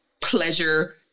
pleasure